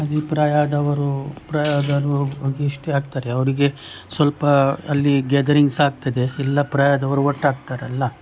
ಅಲ್ಲಿ ಪ್ರಾಯ ಆದವರು ಪ್ರಾಯ ಆದವರು ಹೋಗಿ ಸ್ಟೇ ಆಗ್ತಾರೆ ಅವರಿಗೆ ಸ್ವಲ್ಪ ಅಲ್ಲಿ ಗ್ಯಾದರಿಂಗ್ಸ್ ಆಗ್ತದೆ ಎಲ್ಲ ಪ್ರಾಯದವರು ಒಟ್ಟಾಗ್ತಾರೆ ಎಲ್ಲ